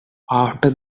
after